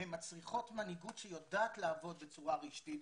הן מצריכות מנהיגות שיודעת לעבוד בצורה רשתית.